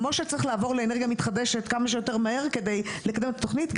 כמו שצריך לעבור לאנרגיה מתחדשת כמה שיותר מהר כדי לקדם את התוכנית.